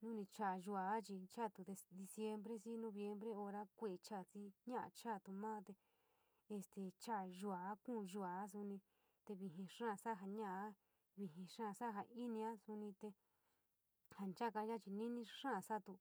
niii chuu yua tiinui kuu tuo te diciiembie xii noinmbie inou kuu xii haab chaatu maa este chaa yua te kuu yua sonti to vijii xaa saua ja naou vijii xaa sau ja inia suni te jia nchaka te ni´ni xaa satu.